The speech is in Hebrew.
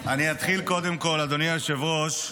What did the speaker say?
אדוני היושב-ראש,